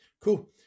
Cool